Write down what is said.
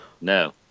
no